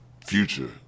future